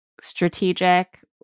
strategic